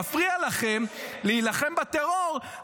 מפריע לכם להילחם בטרור,